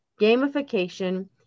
gamification